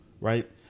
right